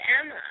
Emma